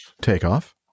takeoff